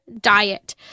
diet